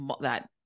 that-